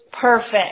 perfect